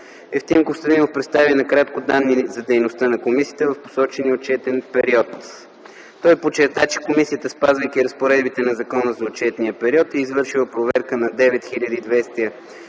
Евтим Костадинов представи накратко данните за дейността на комисията в посочения отчетен период. Той подчерта, че комисията, спазвайки разпоредбите на закона, за отчетния период е извършила проверка на 9206